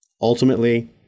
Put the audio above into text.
Ultimately